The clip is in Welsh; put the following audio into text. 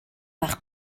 bach